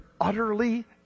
utterly